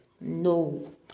No